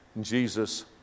Jesus